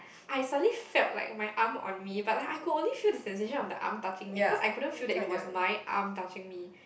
I suddenly felt like my arm on me but like I could only feel the sensation of the arm touching me cause I couldn't feel that it was my arm touching me